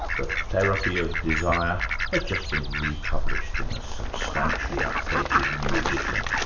the therapy of desire has just been republished in a substantially updated new edition.